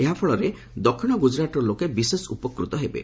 ଏହା ଫଳରେ ଦକ୍ଷଣ ଗୁଜରାଟର ଲୋକେ ବିଶେଷ ଉପକୃତ ହେବେ